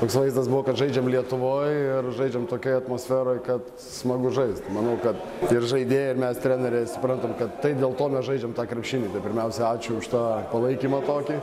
toks vaizdas buvo kad žaidžiam lietuvoj ir žaidžiam tokioj atmosferoj kad smagu žaist manau kad ir žaidėjai mes treneriai suprantam kad tai dėl to mes žaidžiam tą krepšinį tai pirmiausia ačiū už tą palaikymą tokį